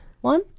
one